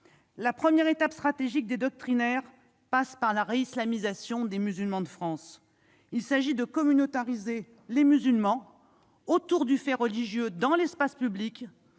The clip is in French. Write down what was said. La première étape stratégique des doctrinaires passe par la réislamisation des musulmans de France. Il s'agit de communautariser les musulmans autour du fait religieux dans l'espace public,